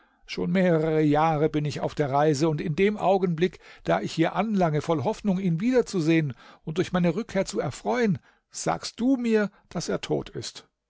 schon mehrere jahre bin ich auf der reise und in dem augenblick da ich hier anlange voll hoffnung ihn wiederzusehen und durch meine rückkehr zu erfreuen sagst du mir daß er tot ist